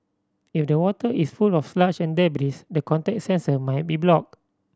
if the water is full of sludge and debris the contact sensor might be blocked